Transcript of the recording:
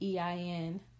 EIN